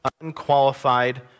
unqualified